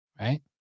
right